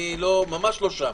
אני ממש לא שם.